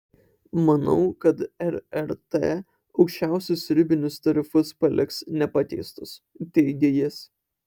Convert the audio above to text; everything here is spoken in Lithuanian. manau kad rrt aukščiausius ribinius tarifus paliks nepakeistus teigia jis